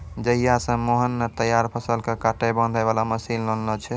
जहिया स मोहन नॅ तैयार फसल कॅ काटै बांधै वाला मशीन लानलो छै